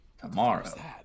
Tomorrow